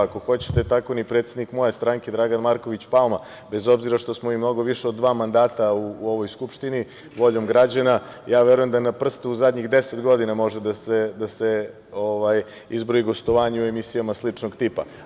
Ako hoćete, tako ni predsednik moje stranke, Dragan Marković Palma, bez obzira što smo mnogo više od dva mandata u ovoj Skupštini voljom građana, verujem da na prste u zadnjih 10 godina može da se izbroji gostovanje u emisijama sličnog tipa.